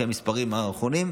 לפי המספרים האחרונים,